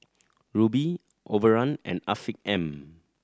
Rubi Overrun and Afiq M